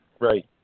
right